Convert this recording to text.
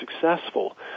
successful